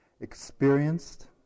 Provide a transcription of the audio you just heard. experienced